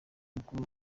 mukuru